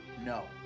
No